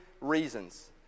reasons